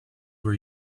were